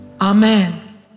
Amen